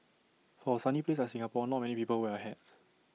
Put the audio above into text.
for A sunny place like Singapore not many people wear A hat